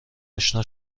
اشنا